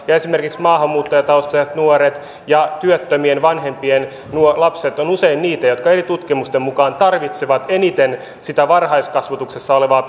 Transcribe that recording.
ja esimerkiksi maahanmuuttajataustaiset lapset ja työttömien vanhempien lapset ovat usein niitä jotka eri tutkimusten mukaan tarvitsevat eniten sitä varhaiskasvatuksessa olevaa